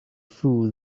fool